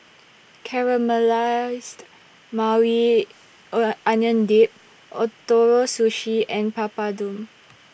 Caramelized Maui Onion Dip Ootoro Sushi and Papadum